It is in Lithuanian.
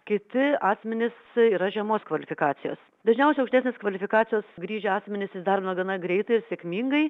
kiti asmenys yra žemos kvalifikacijos dažniausiai aukštesnės kvalifikacijos grįžę asmenys įsidarbina gana greitai ir sėkmingai